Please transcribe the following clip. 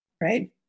right